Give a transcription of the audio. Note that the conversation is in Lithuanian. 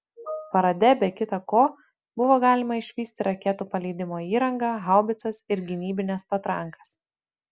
parade be kita ko buvo galima išvysti raketų paleidimo įrangą haubicas ir gynybines patrankas